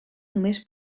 només